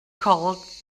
called